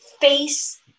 face